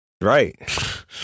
Right